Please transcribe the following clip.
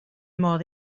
modd